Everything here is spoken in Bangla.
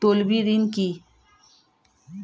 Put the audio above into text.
তলবি ঋণ কি?